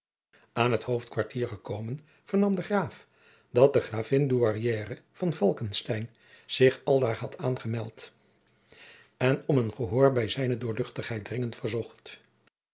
aan het hoofdkwartier gekomen vernam de graaf dat de gravin douairière van falckestein zich aldaar had aangemeld en om een gehoor bij zijne doorluchtigheid dringend verzocht